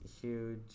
huge